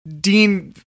Dean